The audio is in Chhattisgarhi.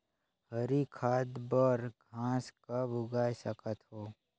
हरी खाद बर घास कब उगाय सकत हो?